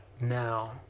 now